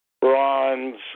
bronze